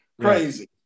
Crazy